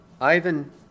Ivan